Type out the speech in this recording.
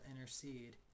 intercede